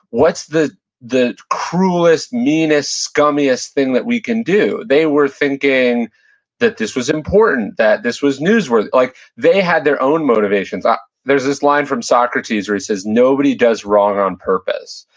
what's the the cruelest, meanest, scummiest thing that we can do? they were thinking that this was important, that this was newsworthy. like they had their own motivations. there's this line from socrates where he says, nobody does wrong on purpose.